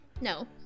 No